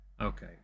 okay